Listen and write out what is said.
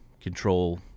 control